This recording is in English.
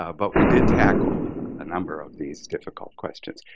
ah but we did tackle a number of these difficult questions.